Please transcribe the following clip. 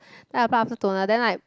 then i put after toner then like